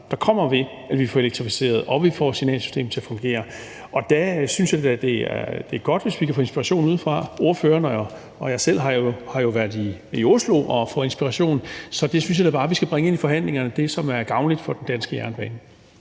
der kommer, ved at vi får elektrificeret, og ved at vi får signalsystemet til at fungere, og der synes jeg da, det er godt, hvis vi kan få inspiration udefra. Ordføreren og jeg selv har jo været i Oslo og fået inspiration, så det, som er gavnligt for den danske jernbane,